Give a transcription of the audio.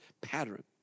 pattern